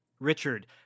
richard